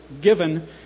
given